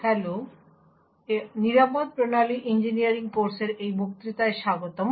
hello এবং secure system engineering কোর্সের এই বক্তৃতায় স্বাগতম